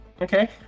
Okay